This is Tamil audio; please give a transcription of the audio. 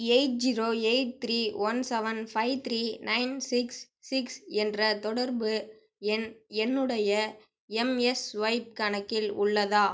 eight zero eight three one seven five three nine six six என்ற தொடர்பு எண் என்னுடைய எம்எஸ்ஸ்வைப் கணக்கில் உள்ளதா